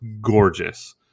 gorgeous